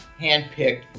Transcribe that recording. handpicked